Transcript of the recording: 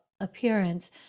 appearance